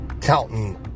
counting